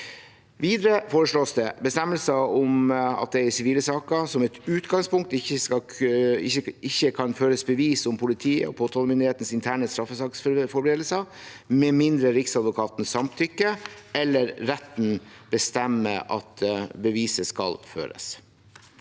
Videre foreslås det en bestemmelse om at det i sivile saker som et utgangspunkt ikke kan føres bevis om politiets og påtalemyndighetens interne straffesaksforberedelser, med mindre Riksadvokaten samtykker, eller at retten bestemmer at beviset skal føres.